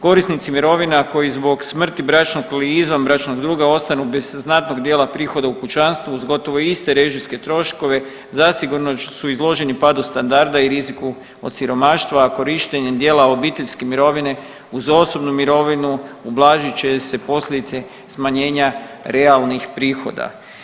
Korisnici mirovina koji zbog smrti bračnog ili izvanbračnog druga ostanu bez znatnog dijela prihoda u kućanstvu uz gotovo iste režijske troškove zasigurno su izloženi padu standarda i riziku od siromaštva, a korištenjem dijela obiteljske mirovine uz osobnu mirovinu ublažit će se posljedice smanjenja realnih prihoda.